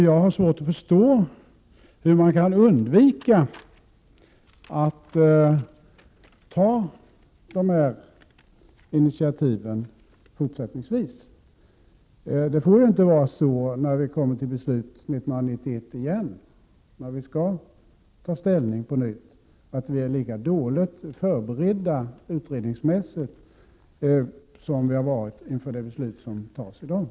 Jag har svårt att förstå hur man skall kunna undvika att ta de här initiativen fortsättningsvis. Det får inte vara så, när vi kommer till beslut 1991, när vi skall ta ställning på nytt, att vi utredningsmässigt är lika dåligt förberedda som vi har varit inför det beslut som nu skall fattas.